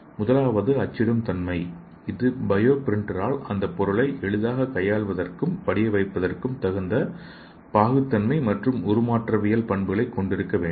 முதலாவது அச்சிடும் தன்மை இது பயோ பிரிண்டரால் அந்தப் பொருளை எளிதாக கையாளுவதற்கும் படிய வைப்பதற்கும் தகுந்த பாகுத்தன்மை மற்றும் உருமாற்றவியல் பண்புகளைக் கொண்டிருக்க வேண்டும்